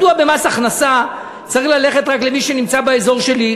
מדוע במס הכנסה צריך ללכת רק למי שנמצא באזור שלי?